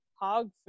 hog